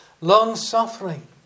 Long-suffering